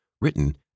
Written